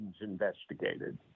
investigated